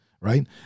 Right